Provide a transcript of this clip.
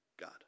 God